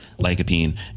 lycopene